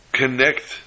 connect